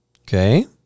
Okay